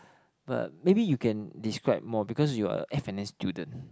but maybe you can describe more because you are a F and N student